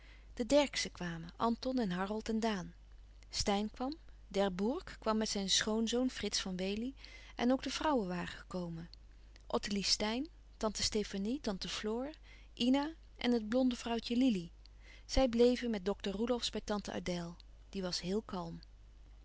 de derckszen kwamen anton en harold en daan steyn kwam d'herbourg kwam met zijn schoonzoon frits van wely en ook de vrouwen waren gekolouis couperus van oude menschen de dingen die voorbij gaan men ottilie steyn tante stefanie tante floor ina en het blonde vrouwtje lili zij bleven met dokter roelofsz bij tante adèle die was heel kalm